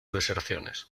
deserciones